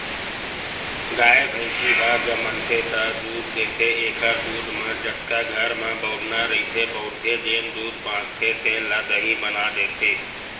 गाय, भइसी ह जमनथे त दूद देथे एखर दूद म जतका घर म बउरना रहिथे बउरथे, जेन दूद बाचथे तेन ल दही बना देथे